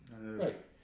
Right